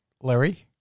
Larry